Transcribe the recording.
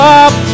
up